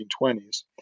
1920s